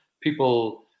people